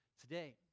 today